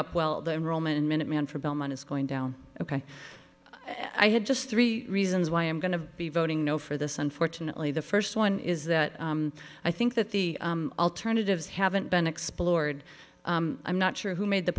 up well the enrollment in minuteman for belmont is going down ok i had just three reasons why i'm going to be voting no for this unfortunately the first one is that i think that the alternatives haven't been explored i'm not sure who made the